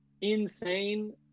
insane